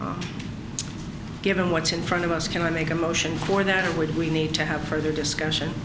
n given what's in front of us can i make a motion for that or would we need to have further discussion